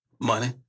Money